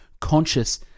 conscious